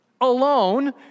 alone